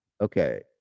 Okay